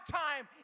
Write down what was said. time